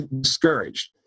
discouraged